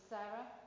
Sarah